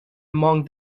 among